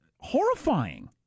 Horrifying